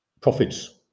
profits